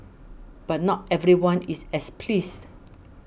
but not everyone is as pleased